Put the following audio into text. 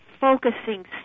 focusing